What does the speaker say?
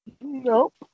Nope